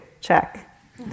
Check